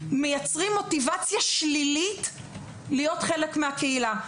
מייצרים מוטיבציה שלילית להיות חלק מהקהילה.